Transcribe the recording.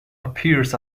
appears